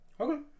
Okay